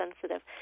sensitive